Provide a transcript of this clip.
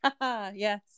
yes